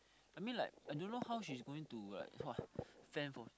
I mean like I don't know how she's going to like fend for